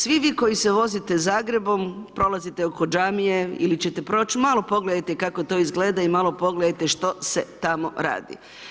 Svi vi koji se vozite Zagrebom, prolazite oko džamije ili ćete proć, malo pogledajte kako to izgleda i malo pogledajte što se tamo radi.